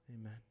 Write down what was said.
Amen